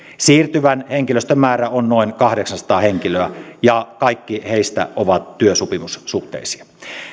siirtyvän henkilöstön määrä on noin kahdeksansataa henkilöä ja kaikki heistä ovat työsopimussuhteisia